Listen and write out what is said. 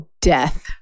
death